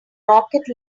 rocket